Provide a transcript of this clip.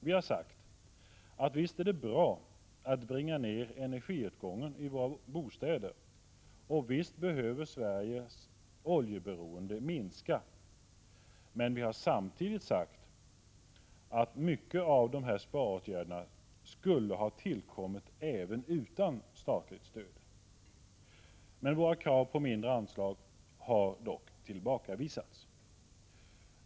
Vi har sagt att visst är det bra att bringa ner energiåtgången i våra bostäder, och visst behöver Sveriges oljeberoende minska, men vi har samtidigt sagt att mycket av sparåtgärderna skulle ha tillkommit även utan statligt stöd. Våra krav på mindre anslag har dock tillbakavisats.